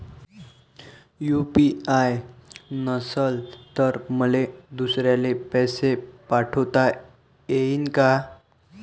UPI नसल तर मले दुसऱ्याले पैसे पाठोता येईन का?